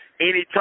Anytime